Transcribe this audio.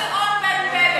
תספר על אשתו של און בן פלת,